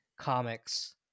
comics